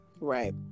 Right